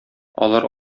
алар